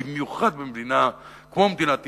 במיוחד במדינה כמו מדינת ישראל,